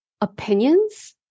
opinions